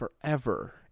forever